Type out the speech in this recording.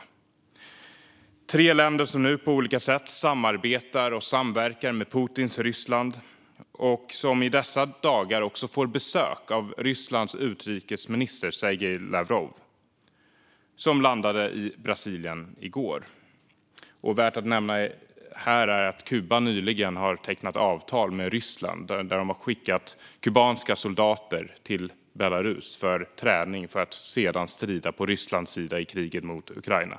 Det är tre länder som nu på olika sätt samarbetar och samverkar med Putins Ryssland och som i dessa dagar får besök av Rysslands utrikesminister Sergej Lavrov, som landade i Brasilien i går. Det är värt att nämna att Kuba nyligen har tecknat ett avtal med Ryssland. Man har skickat kubanska soldater till Belarus för träning, för att de sedan ska strida på Rysslands sida i kriget mot Ukraina.